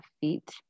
feet